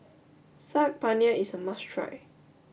Saag Paneer is a must try